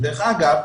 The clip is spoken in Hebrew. דרך אגב,